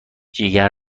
جگر